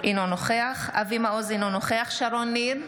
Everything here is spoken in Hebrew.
אינו נוכח אבי מעוז, אינו נוכח שרון ניר,